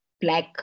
Black